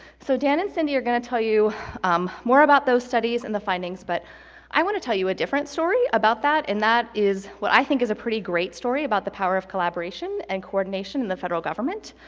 so dan and cindy are gonna tell you more about those studies and the findings, but i want to tell you a different story about that, and that is what i think is a pretty great story about the power of collaboration and coordination in the federal government.